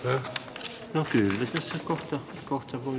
työt on kohta kohta kun